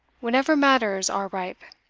whenever matters are ripe.